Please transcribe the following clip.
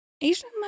Asian